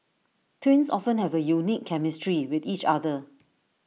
twins often have A unique chemistry with each other